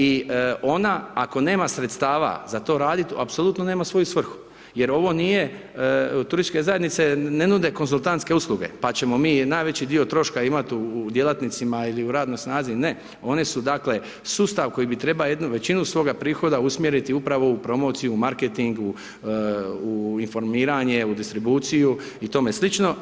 I ona, ako nema sredstava za to raditi, apsolutno nema svoju svrhu, jer ovo nije, turističke zajednice ne nude konzultantske u sluge, pa ćemo mi, najveći dio troška imati u djelatnicima ili u radnoj snazi ne, one su dakle, sustav koji bi trebao jednu većinu svojih prihoda usmjeriti upravo u promociju, u marketingu u informiranje, u distribuciju i tome slično.